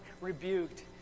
rebuked